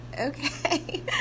okay